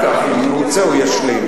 הנה, הוא עומד פה.